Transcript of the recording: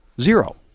Zero